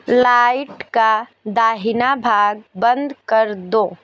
light का दाहिना भाग बंद कर दो